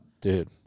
Dude